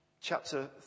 chapter